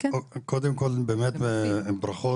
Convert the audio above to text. באמת ברכות,